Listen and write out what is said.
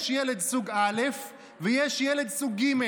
יש ילד סוג א' ויש ילד סוג ג',